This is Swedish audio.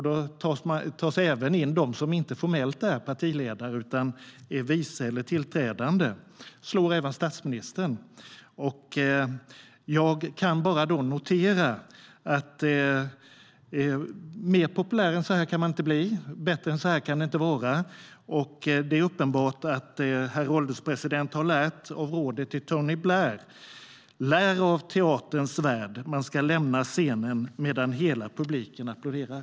Då tas även de in som inte formellt är partiledare utan vice eller tillträdande, och han slår även statsministern. Jag kan bara notera att man inte kan bli mer populär än så här, och bättre än så här kan det inte vara. Det är uppenbart att herr ålderspresidenten har lärt av rådet till Tony Blair: Lär av teaterns värld, man ska lämna scenen medan hela publiken applåderar!